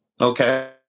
Okay